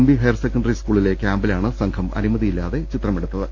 V higher secondary സ്കൂളിലെ ക്യാംപിലാണ് സംഘം അനു മതിയില്ലാതെ ചിത്രമെടുത്തത്